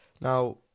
now